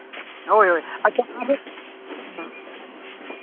ᱦᱳᱭ ᱦᱳᱭ ᱟᱨᱦᱚᱸ ᱦᱮᱸ